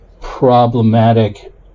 problematic